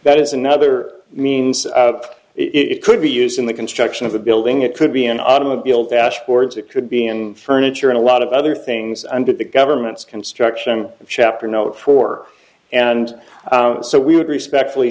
that is another means it could be used in the construction of a building it could be an automobile that words it could be in furniture and a lot of other things under the government's construction of chapter no four and so we would respectfully